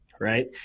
right